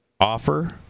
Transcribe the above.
Offer